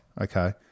okay